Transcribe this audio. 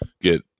get